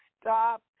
stop